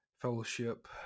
fellowship